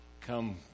come